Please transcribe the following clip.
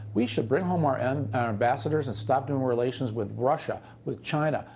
we should bring home our and our ambassadors and stop doing relations with russia, with china,